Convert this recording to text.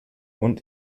und